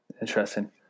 Interesting